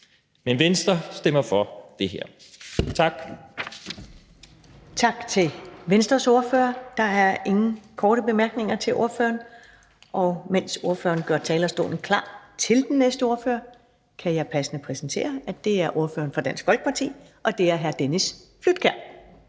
Men Venstre stemmer for det her. Tak.